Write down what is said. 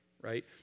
right